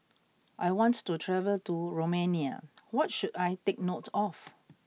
I want to travel to Romania what should I take note of